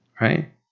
Right